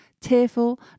tearful